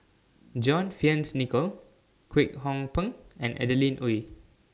John Fearns Nicoll Kwek Hong Png and Adeline Ooi